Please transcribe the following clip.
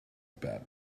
bad